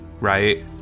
right